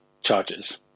charges